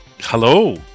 Hello